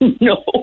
No